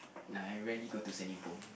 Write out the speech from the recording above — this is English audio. nah I rarely go to Senibong